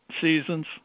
seasons